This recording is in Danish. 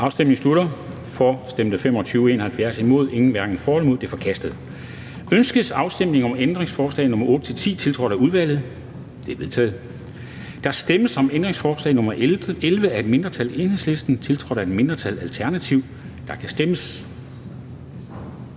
hverken for eller imod stemte 0. Ændringsforslaget er forkastet. Ønskes afstemning om ændringsforslag nr. 8-10, tiltrådt af udvalget? De er vedtaget. Der stemmes om ændringsforslag nr. 11 af et mindretal (EL), tiltrådt af et mindretal (ALT). Der kan stemmes.